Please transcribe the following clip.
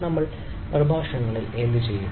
നമ്മൾ പ്രഭാഷണങ്ങളിൽ എന്തുചെയ്യും